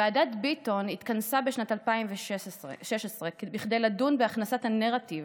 ועדת ביטון התכנסה בשנת 2016 כדי לדון בהכנסת הנרטיב